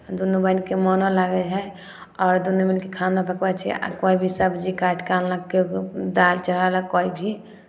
दुनू बहीनके मोनो लागै हइ आओर दुनू मिलि कऽ खाना पकबै छियै आ कोइ भी सबजी काटि कऽ अनलक कियो दालि चढ़ा देलक कोइ भी